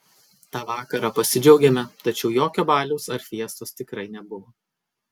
tą vakarą pasidžiaugėme tačiau jokio baliaus ar fiestos tikrai nebuvo